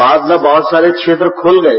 बाद में बहत सारे क्षेत्र खुल गए